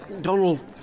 Donald